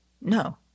No